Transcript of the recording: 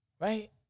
Right